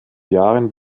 jahren